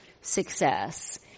success